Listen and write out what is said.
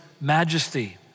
majesty